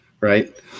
Right